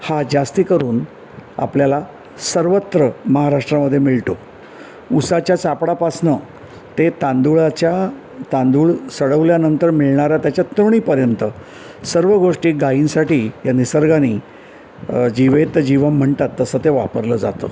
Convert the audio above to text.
हा जास्तकरून आपल्याला सर्वत्र महाराष्ट्रामधे मिळतो उसाच्या चिपडापासून ते तांदळाच्या तांदूळ सडवल्यानंतर मिळणारा त्याच्या तृणीपर्यंत सर्व गोष्टी गाईंसाठी या निसर्गाने जीवेत् जीवम् म्हणतात तसं ते वापरलं जातं